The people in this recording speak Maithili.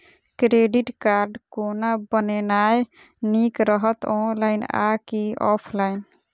क्रेडिट कार्ड कोना बनेनाय नीक रहत? ऑनलाइन आ की ऑफलाइन?